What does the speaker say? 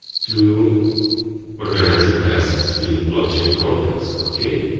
to organize tasks in blockchain context. okay?